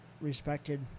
respected